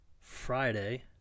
Friday